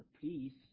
please